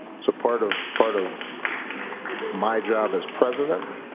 so part of part of my job as president,